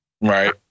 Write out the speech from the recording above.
Right